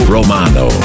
Romano